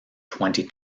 twenty